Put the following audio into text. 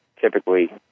typically